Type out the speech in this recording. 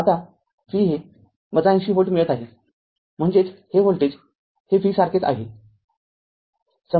आता V हे ८० volt मिळत आहे म्हणजेचहे व्होल्टेज हे V सारखेच आहे